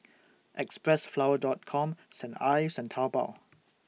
Xpressflower Dot Com Saint Ives and Taobao